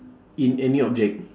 in any object